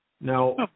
Now